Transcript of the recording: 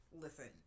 Listen